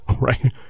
right